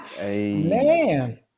Man